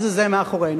מה זה, זה מאחורינו?